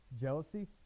jealousy